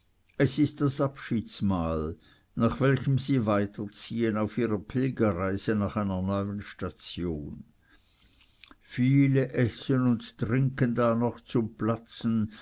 es ist das abschiedsmahl nach welchem sie weiterziehen auf ihrer pilgerreise nach einer neuen station viele essen und trinken da noch zum platzen